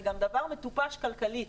זה גם דבר מטופש כלכלית.